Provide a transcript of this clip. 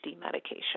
medication